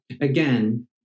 again